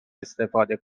استفاده